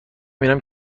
بینم